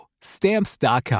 Stamps.com